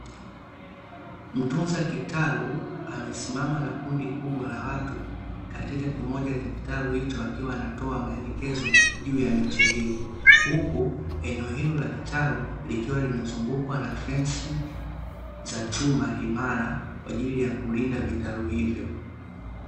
Mtunza kitalu amesimama na kundi kubwa la watu, katika kimoja katika kitalu hicho akiwa anatoa maelekezo juu ya miche hiyo, huku eneo hilo la kitalu, likiwa limzungukwa na fensi za chuma imara, kwaajili ya kulinda vitalu hivyo.